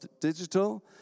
digital